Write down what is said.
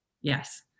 Yes